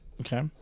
Okay